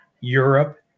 Europe